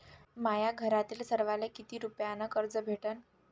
माह्या घरातील सर्वाले किती रुप्यान कर्ज भेटन?